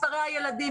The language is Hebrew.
לפי מספרי הילדים,